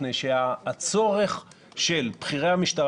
ואני חושבת שחסר מאוד ההסבר שלכם לשאלה מה עומד מאחורי זה.